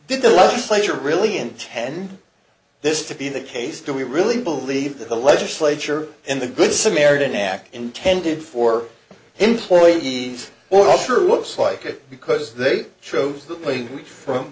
did the legislature really intend this to be the case do we really believe that the legislature and the good samaritan act intended for employees or looks like it because they chose